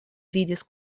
vidis